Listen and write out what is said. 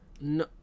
No